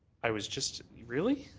i was just really?